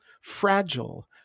fragile